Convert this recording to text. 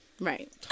Right